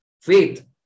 faith